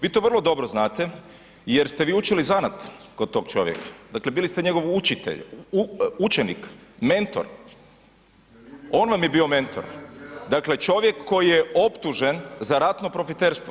Vi to vrlo dobro znate jer ste vi učili zanat kod tog čovjeka dakle bili ste njegov učitelj, učenik, mentor, on vam je bio mentor dakle čovjek koji je optužen za ratno profiterstvo.